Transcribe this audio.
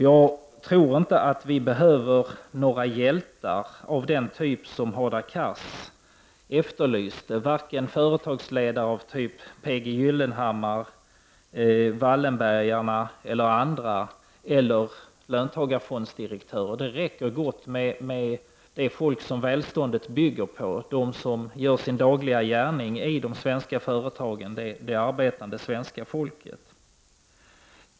Jag tror inte att det behövs några hjältar av den typ som Hadar Cars efterlyste, varken företagsledare som P G Gyllenhammar, Wallenbergarna och andra eller löntagarfondsdirektörer. Det räcker gott med det folk som välståndet bygger på och som gör sin dagliga gärning i de svenska företagen, dvs. det arbetande svenska folket.